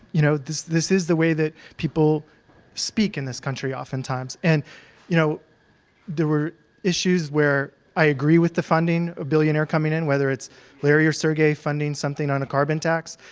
you know this this is the way that people speak in this country oftentimes. and you know there were issues where i agree with the funding, a billionaire coming in, whether it's larry or sergei funding something on a carbon tax.